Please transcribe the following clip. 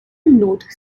note